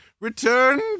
returned